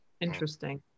Interesting